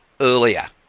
earlier